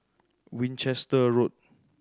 Winchester Road